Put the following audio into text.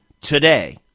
today